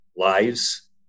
lives